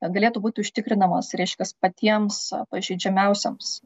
galėtų būti užtikrinamas reiškias patiems pažeidžiamiausiems